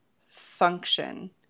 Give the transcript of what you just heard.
function